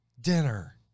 dinner